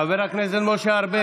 חבר הכנסת משה ארבל.